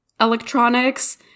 electronics